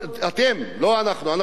אנחנו מתנגדים למלחמה,